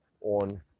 on